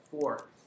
four